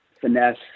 finesse